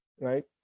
right